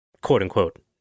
quote-unquote